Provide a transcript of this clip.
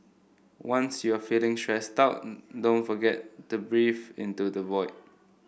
once you are feeling stressed out don't forget to breathe into the void